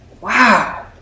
Wow